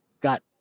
got